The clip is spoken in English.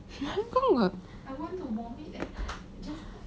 how come ah